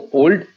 old